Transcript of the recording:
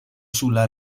sulla